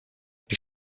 když